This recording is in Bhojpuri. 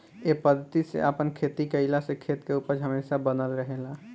ए पद्धति से आपन खेती कईला से खेत के उपज हमेशा बनल रहेला